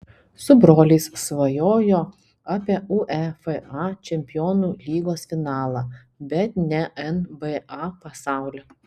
su broliais svajojo apie uefa čempionų lygos finalą bet ne nba pasaulį